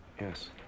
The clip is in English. Yes